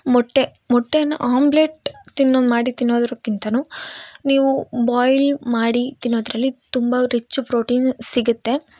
ಮೊಟ್ಟೆ ಮೊಟ್ಟೇನ ಆಮ್ಲೆಟ್ ತಿನ್ನೊಂಗ ಮಾಡಿ ತಿನೋದ್ರ್ಕಿಂತನು ನೀವು ಬಾಯ್ಲ್ ಮಾಡಿ ತಿನ್ನೋದರಲ್ಲಿ ತುಂಬ ರಿಚ್ ಪ್ರೋಟೀನ್ ಸಿಗುತ್ತೆ